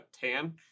tan